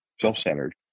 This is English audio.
self-centered